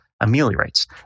ameliorates